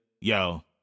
yo